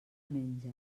menja